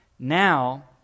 Now